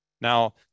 Now